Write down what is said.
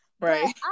Right